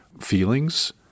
feelings